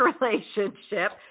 relationship